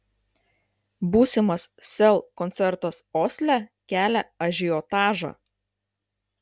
būsimas sel koncertas osle kelia ažiotažą